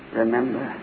remember